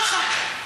ככה.